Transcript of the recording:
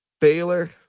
baylor